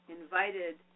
invited